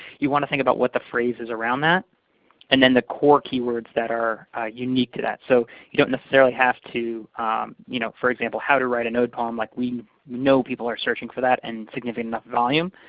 you want to think about what the phrases around that and then the core keywords that are unique to that. so you don't necessarily have to you know for example, how to write an ode poem. like we know people are searching for that and a significant enough volume,